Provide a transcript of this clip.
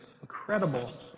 Incredible